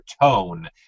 tone